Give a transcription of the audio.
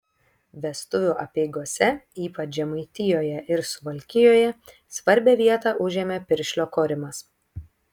vestuvių apeigose ypač žemaitijoje ir suvalkijoje svarbią vietą užėmė piršlio korimas